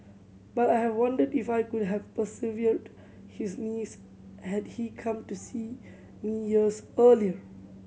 but I have wondered if I could have preserved his knees had he come to see me years earlier